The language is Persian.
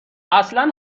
اصلن